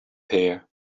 here